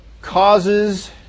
causes